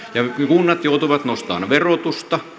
kunnat joutuivat nostamaan verotusta